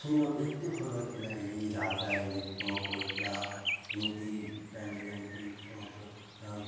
ଶୁଣିବାକୁ ଏତେ ଭଲ ଲାଗେନା ଏହି ରାଜା ଏମିତି କ'ଣ କରିଥିଲା ଏମିତି ଟାଇମ୍ରେ ଏମିତି କ'ଣ କରିଥିଲା